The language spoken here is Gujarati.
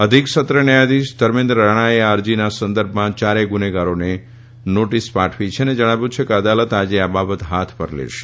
અધિક સત્ર ન્યાયાધિશ ધર્મેન્દ્ર રાણાએ આ અરજીના સંદર્ભમાં ચારેય ગુન્હેગારોને નોટીસ પાઠવી છે અને જણાવ્યું છે કે અદાલત આજે આ બાબત હાથ પર લેશે